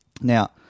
Now